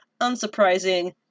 Unsurprising